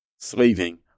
slaving